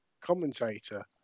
commentator